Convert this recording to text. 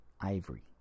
ivory